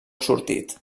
sortit